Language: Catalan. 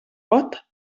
pot